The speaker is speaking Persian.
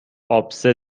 آبسه